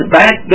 back